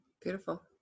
beautiful